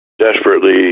desperately